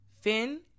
Finn